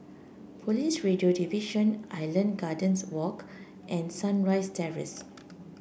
Police Radio Division Island Gardens Walk and Sunrise Terrace